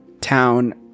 town